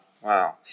Wow